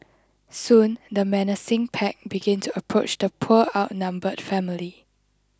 soon the menacing pack began to approach the poor outnumbered family